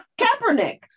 Kaepernick